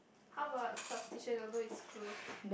how about Substation although it's closed